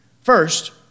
First